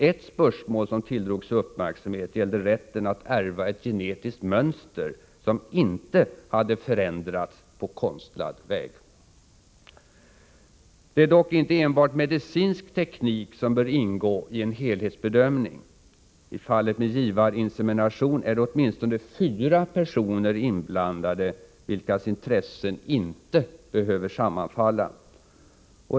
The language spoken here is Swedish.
Ett spörsmål som tilldrog sig uppmärksamhet gällde rätten att ärva ett genetiskt mönster som inte hade förändrats på konstlad väg. Det är dock inte enbart medicinsk teknik som bör ingå i en helhetsbedömning. I fallet med givarinsemination är det åtminstone fyra personer inblandade, vilkas intressen inte behöver sammanfalla.